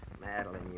Madeline